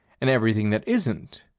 and everything that isn't,